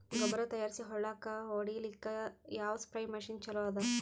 ಗೊಬ್ಬರ ತಯಾರಿಸಿ ಹೊಳ್ಳಕ ಹೊಡೇಲ್ಲಿಕ ಯಾವ ಸ್ಪ್ರಯ್ ಮಷಿನ್ ಚಲೋ ಅದ?